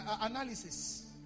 analysis